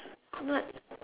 not